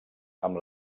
amb